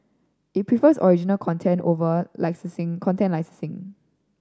it prefers original content over licensing content licensing